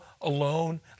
alone